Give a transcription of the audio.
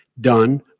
done